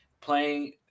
playing